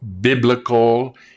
biblical